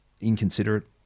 inconsiderate